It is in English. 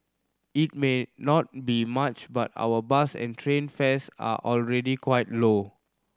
it may not be much but our bus and train fares are already quite low